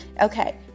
Okay